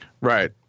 right